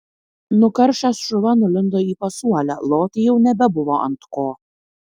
nukaršęs šuva nulindo į pasuolę loti jau nebebuvo ant ko